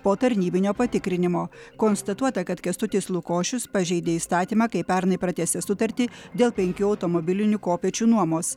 po tarnybinio patikrinimo konstatuota kad kęstutis lukošius pažeidė įstatymą kai pernai pratęsė sutartį dėl penkių automobilinių kopėčių nuomos